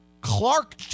Clark